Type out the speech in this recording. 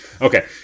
Okay